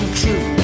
true